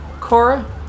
Cora